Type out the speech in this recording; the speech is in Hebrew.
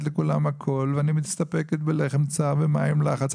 לכולם הכול ואני מסתפקת בלחם צר ומים לחץ,